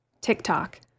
TikTok